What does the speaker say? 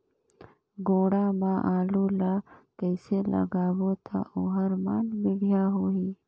गोडा मा आलू ला कइसे लगाबो ता ओहार मान बेडिया होही?